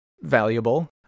valuable